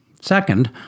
Second